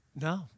No